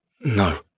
No